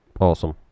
Awesome